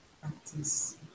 practice